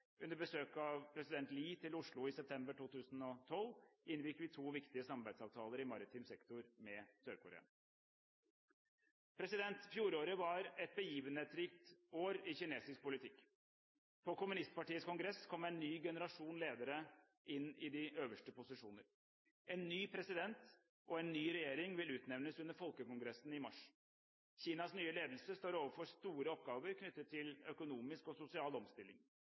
Under besøket av president Lee til Oslo i september 2012 inngikk vi to viktige samarbeidsavtaler i maritim sektor med Sør-Korea. Fjoråret var et begivenhetsrikt år i kinesisk politikk. På Kommunistpartiets kongress kom en ny generasjon ledere inn i de øverste posisjoner. En ny president og en ny regjering vil utnevnes under Folkekongressen i mars. Kinas nye ledelse står overfor store oppgaver knyttet til økonomisk og sosial omstilling.